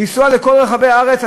לנסוע לכל רחבי הארץ?